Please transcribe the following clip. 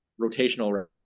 rotational